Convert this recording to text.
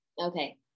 Okay